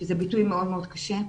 שזה ביטוי מאוד מאוד קשה,